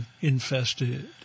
infested